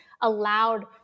allowed